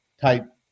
type